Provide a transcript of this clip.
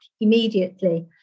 immediately